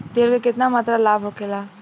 तेल के केतना मात्रा लाभ होखेला?